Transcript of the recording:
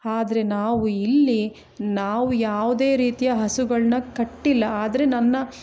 ಆದ್ರೆ ನಾವು ಇಲ್ಲಿ ನಾವು ಯಾವುದೇ ರೀತಿಯ ಹಸುಗಳನ್ನ ಕಟ್ಟಿಲ್ಲ ಆದ್ರೆ ನನ್ನ